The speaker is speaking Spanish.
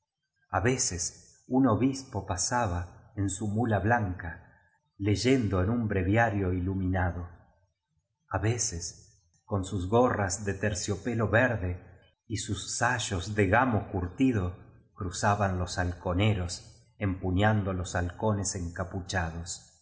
a veces un obispo pasaba en su muía blanca leyendo en un breviario ilu minado a veces con sus gorras de terciopelo verde y sus sa yos de gamo curtido cruzaban los halconeros empuñando los halcones encapuchados